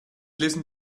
listen